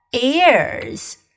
ears